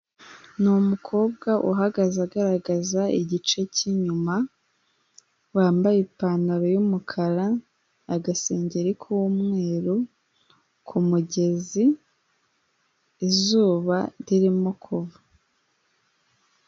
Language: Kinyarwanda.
Ni umukobwa uhagaze agaragaza igice cy'inyuma, wambaye ipantaro y'umukara, agasengeri k'umweru, ku mugezi izuba ririmo kuva.